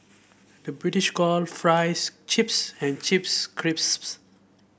the British call fries chips and chips crisps